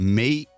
mee